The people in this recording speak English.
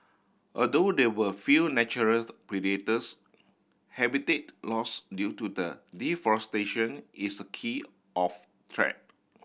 although they were few naturals predators habitat loss due to deforestation is a key of threat